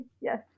Yes